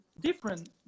different